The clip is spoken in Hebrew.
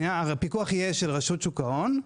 הפיקוח יהיה של רשות שוק ההון.